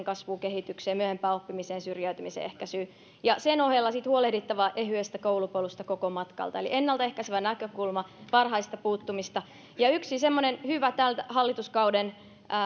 kasvuun kehitykseen myöhempään oppimiseen syrjäytymisen ehkäisyyn ja sen ohella sitten huolehdittava ehyestä koulupolusta koko matkalta eli ennalta ehkäisevä näkökulma varhaista puuttumista yksi semmoinen hyvä tämän hallituskauden